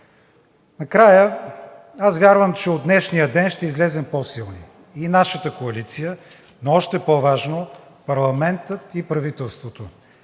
Накрая – аз вярвам, че от днешния ден ще излезем по-силни – и нашата коалиция, но още по-важно – парламентът и правителството,